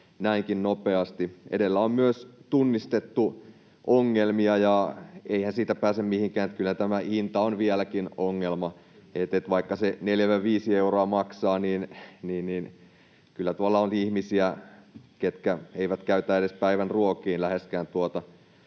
näinkin nopeasti. Edellä on myös tunnistettu ongelmia, ja eihän siitä pääse mihinkään, että kyllä tämä hinta on vieläkin ongelma. Vaikka se 4—5 euroa maksaa, niin kyllä tuolla on ihmisiä, ketkä eivät käytä edes päivän ruokiin läheskään tuota